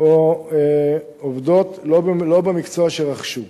או עובדות שלא במקצוע שרכשו.